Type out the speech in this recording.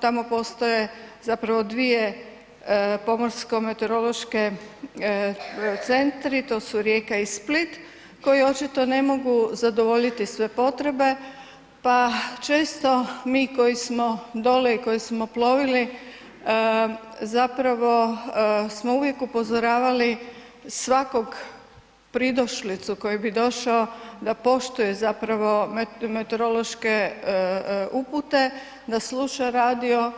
Tamo postoje zapravo dvije pomorsko meteorološki centri, to su Rijeka i Split, koji očito ne mogu zadovoljiti sve potrebe, pa često mi koji smo dole i koji smo plovili zapravo smo uvijek upozoravali svakog pridošlicu koji bi došao da poštuje zapravo meteorološke upute, da sluša radio,